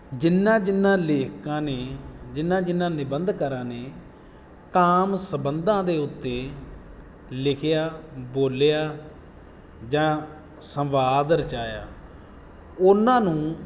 ਜਿਨ੍ਹਾਂ ਜਿਨ੍ਹਾਂ ਲੇਖਕਾਂ ਨੇ ਜਿਨ੍ਹਾਂ ਜਿਨ੍ਹਾਂ ਨਿਬੰਧਕਾਰਾਂ ਨੇ ਕਾਮ ਸੰਬੰਧਾਂ ਦੇ ਉੱਤੇ ਲਿਖਿਆ ਬੋਲਿਆ ਜਾਂ ਸੰਵਾਦ ਰਚਾਇਆ ਉਹਨਾਂ ਨੂੰ